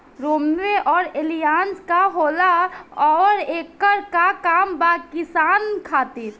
रोम्वे आउर एलियान्ज का होला आउरएकर का काम बा किसान खातिर?